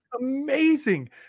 amazing